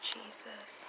Jesus